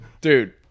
dude